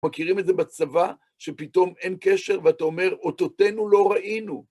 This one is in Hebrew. מכירים את זה בצבא, שפתאום אין קשר, ואתה אומר, אותותינו לא ראינו.